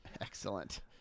excellent